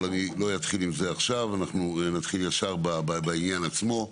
אני לא אתחיל עם זה עכשיו אלא נתחיל ישר בעניין עצמו.